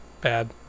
bad